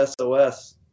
SOS